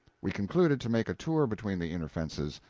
we concluded to make a tour between the inner fences.